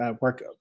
work